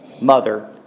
Mother